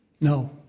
No